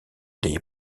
des